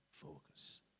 focus